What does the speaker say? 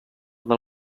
del